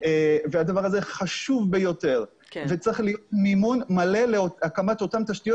הדבר הזה חשוב ביותר וצריך מימון מלא להקמת אותן תשתיות